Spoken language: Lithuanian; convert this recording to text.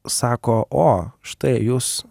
sako o štai jūs